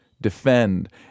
defend